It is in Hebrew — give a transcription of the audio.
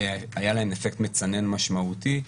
היה להם אפקט מצנן משמעותי.